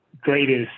greatest